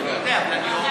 אני יודע.